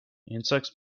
insects